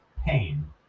pain